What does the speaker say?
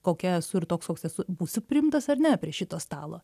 kokia esu ir toks koks esu būsiu priimtas ar ne prie šito stalo